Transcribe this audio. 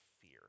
fear